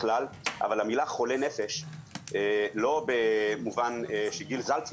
וכל המתנדבים הם נפלאים; אבל בשביל למנוע אובדנות צריכים